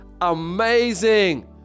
amazing